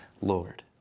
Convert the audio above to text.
Lord